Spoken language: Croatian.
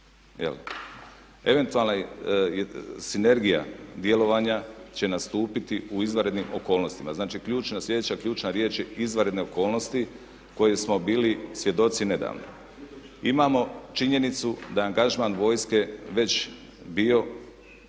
Eventualna sinergija djelovanja će nastupiti u izvanrednim okolnostima. Znači ključna, sljedeća ključna riječ je izvanredne okolnosti kojih smo bili svjedoci nedavno. Imamo činjenicu da je angažman vojske već bio